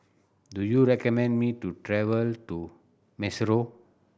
do you recommend me to travel to Maseru